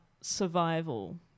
survival